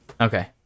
Okay